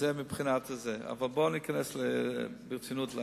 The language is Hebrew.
אבל בואו ניכנס ברצינות לעניין.